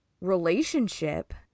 relationship